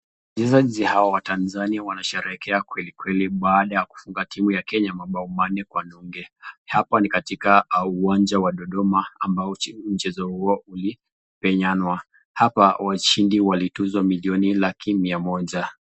Wachezaji hawa watanzania wanasherehekea kweli kweli baada ya kufunga timu ya Kenya mabao manne kwa nunge. Hapa ni katika uwanja wa Dodoma ambao mchezo huo ilipenyana. Hapa washindi walituzwa milioni laki mia moja.